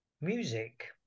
Music